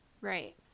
Right